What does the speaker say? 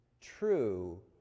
true